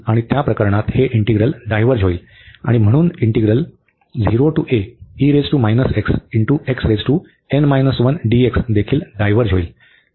आणि त्या प्रकरणात हे इंटीग्रल डायव्हर्ज होईल आणि म्हणून इंटीग्रल देखील डायव्हर्ज होईल